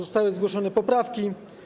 Zostały zgłoszone poprawki.